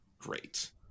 great